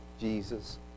Jesus